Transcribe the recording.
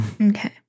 Okay